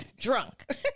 Drunk